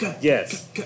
yes